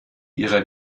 ihrer